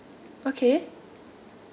okay